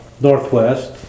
Northwest